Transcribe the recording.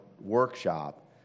workshop